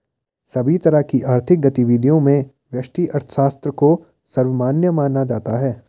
सभी तरह की आर्थिक गतिविधियों में व्यष्टि अर्थशास्त्र को सर्वमान्य माना जाता है